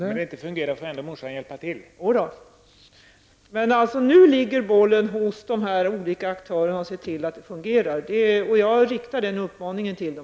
Fru talman! Ja, det är sant! Men nu ligger bollen hos de olika aktörerna, som skall se till att det fungerar. Jag riktar också den uppmaningen till dem.